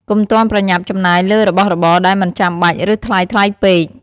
កុំទាន់ប្រញាប់ចំណាយលើរបស់របរដែលមិនចាំបាច់ ឬថ្លៃៗពេក។